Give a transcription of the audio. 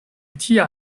tia